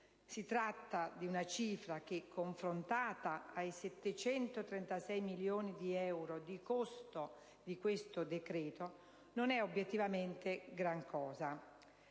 si tratta di una cifra che, confrontata ai 736 milioni di euro di costo di questo decreto, non è obiettivamente gran cosa.